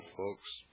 folks